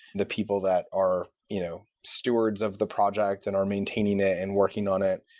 the people that are you know stewards of the project and are maintaining it and working on it.